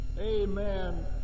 Amen